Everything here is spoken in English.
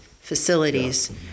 facilities